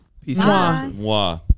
peace